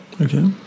Okay